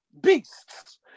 beasts